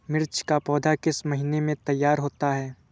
मिर्च की पौधा किस महीने में तैयार होता है?